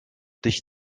dich